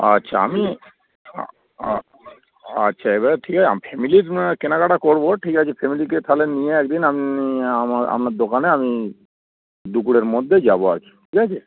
আচ্ছা আমি আ আ আচ্ছা এবার ঠিক আছে ফ্যামিলির কেনাকাটা করবো ঠিক আছে ফ্যামিলিকে তাহলে নিয়ে একদিন আমনি আমার আপনার দোকানে আমি দুপুরের মধ্যে যাবো আর ঠিক আছে